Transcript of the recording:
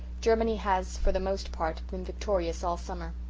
germany has, for the most part, been victorious all summer.